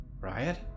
Riot